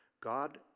God